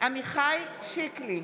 עמיחי שיקלי,